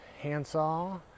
handsaw